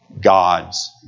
God's